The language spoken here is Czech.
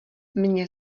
mně